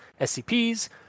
SCPs